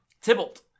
Tybalt